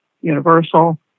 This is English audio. Universal